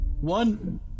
one